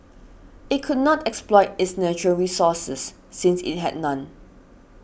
it could not exploit its natural resources since it had none